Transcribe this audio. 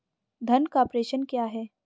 धन का प्रेषण क्या है?